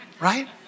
Right